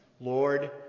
Lord